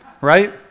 Right